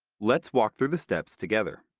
let's walk through the steps together.